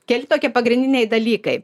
keli tokie pagrindiniai dalykai